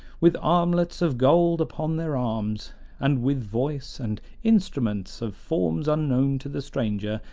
with armlets of gold upon their arms and with voice and instruments of forms unknown to the stranger,